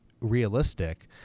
realistic